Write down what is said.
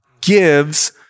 gives